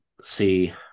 see